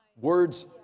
Words